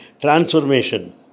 transformation